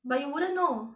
but you wouldn't know